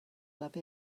love